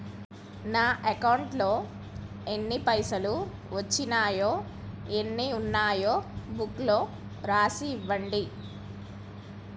నా అకౌంట్లో ఎన్ని పైసలు వచ్చినాయో ఎన్ని ఉన్నాయో బుక్ లో రాసి ఇవ్వండి?